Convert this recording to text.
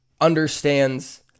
understands